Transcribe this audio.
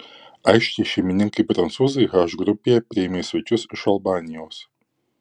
aikštės šeimininkai prancūzai h grupėje priėmė svečius iš albanijos